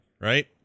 right